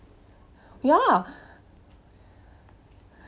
ya